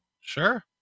Sure